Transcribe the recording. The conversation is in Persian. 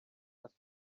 است